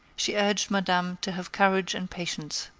she urged madame to have courage and patience.